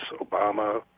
Obama